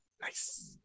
Nice